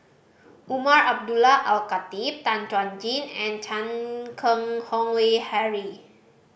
Umar Abdullah Al Khatib Tan Chuan Jin and Chan Keng Howe Harry